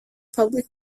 public